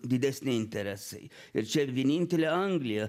didesni interesai ir čia vienintelė anglija